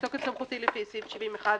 תוקף סמכותי לפי סעיף 70 (1),